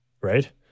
right